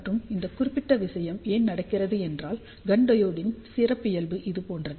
மற்றும் இந்த குறிப்பிட்ட விஷயம் ஏன் நடக்கிறது என்றால் கன் டையோடின் சிறப்பியல்பு இது போன்றது